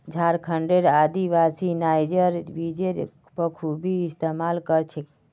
झारखंडेर आदिवासी नाइजर बीजेर बखूबी इस्तमाल कर छेक